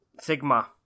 sigma